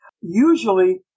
Usually